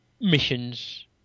missions